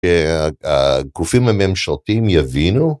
שהגופים הממשלתיים יבינו.